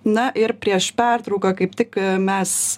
na ir prieš pertrauką kaip tik mes